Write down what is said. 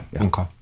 Okay